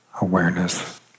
awareness